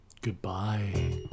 Goodbye